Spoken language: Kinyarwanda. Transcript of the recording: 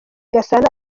gasana